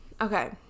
okay